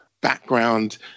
background